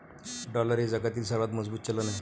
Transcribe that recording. dollar हे जगातील सर्वात मजबूत चलन आहे